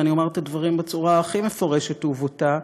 ואני אומר את הדברים בצורה הכי מפורשת ובוטה,